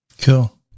Cool